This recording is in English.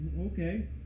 Okay